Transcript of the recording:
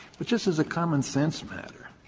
but just as a common sense matter,